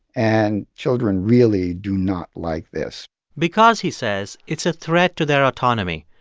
and children really do not like this because, he says, it's a threat to their autonomy.